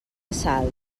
salt